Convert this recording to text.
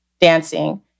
dancing